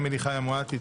אמילי חיה מועטי,